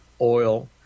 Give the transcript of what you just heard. oil